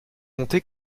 compter